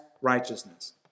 righteousness